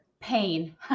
pain